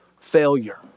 failure